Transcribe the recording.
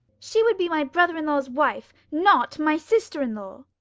she would be my brother-in-law's wife not my sister-in-law.